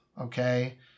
Okay